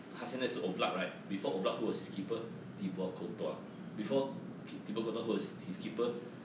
他现在是 oblak right before oblak who was his keeper the bo~ cooper before people's university's keeper thibaut courtois before kee~ thibaut courtois who was his keeper